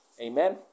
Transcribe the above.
Amen